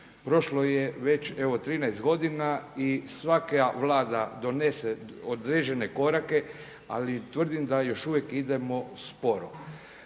Prošlo je već evo 13 godina i svaka vlada donese određene korake, ali tvrdim da još uvijek idemo sporo.